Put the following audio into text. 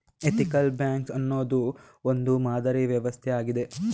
ethical banks ಅನ್ನೋದು ಒಂದು ಮಾದರಿ ವ್ಯವಸ್ಥೆ ಆಗಿದೆ